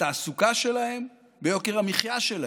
בתעסוקה שלהם, ביוקר המחיה שלהם.